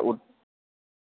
ओ